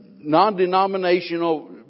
non-denominational